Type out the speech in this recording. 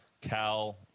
cal